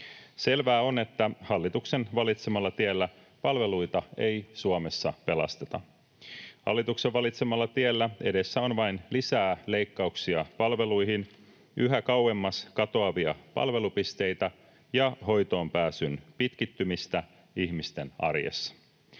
Selvää on, että hallituksen valitsemalla tiellä palveluita ei Suomessa pelasteta. Hallituksen valitsemalla tiellä edessä on vain lisää leikkauksia palveluihin, yhä kauemmas katoavia palvelupisteitä ja hoitoonpääsyn pitkittymistä ihmisten arjessa.